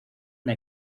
una